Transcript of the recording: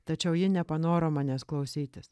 tačiau ji nepanoro manęs klausytis